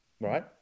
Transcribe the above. right